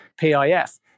PIF